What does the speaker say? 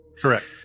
Correct